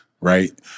right